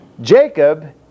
Jacob